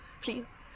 please